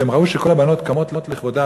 והם ראו שכל הבנות קמות לכבודה,